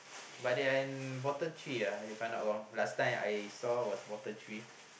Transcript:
but they are in bottom three ah if I'm not wrong last time I saw was bottom three